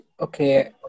Okay